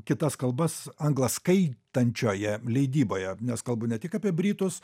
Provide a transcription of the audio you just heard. kitas kalbas anglaskaitančioje leidyboje nes kalbu ne tik apie britus